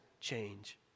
change